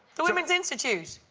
the women's institute.